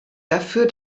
dafür